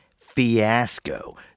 fiasco